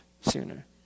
sooner